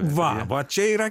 va va čia yra